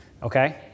Okay